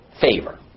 favor